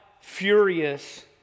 furious